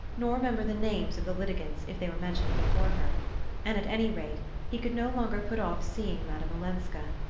nor remember the names of the litigants if they were mentioned before her and at any rate he could no longer put off seeing madame olenska.